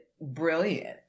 brilliant